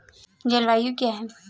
जलवायु क्या है?